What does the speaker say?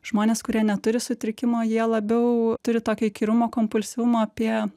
žmonės kurie neturi sutrikimo jie labiau turi tokio įkyrumo kompulsyvumo apie